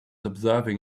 observing